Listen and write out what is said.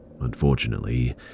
Unfortunately